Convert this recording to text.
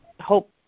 hope